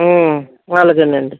వాళ్ళదేనండి